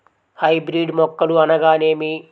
Hybrid మొక్కలు అనగానేమి?